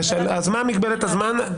מהי מגבלת הזמן?